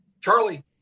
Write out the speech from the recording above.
Charlie